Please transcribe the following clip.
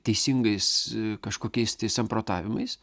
teisingais kažkokiais samprotavimais